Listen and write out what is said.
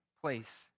place